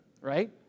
right